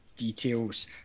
Details